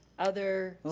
other